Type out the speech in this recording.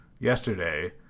yesterday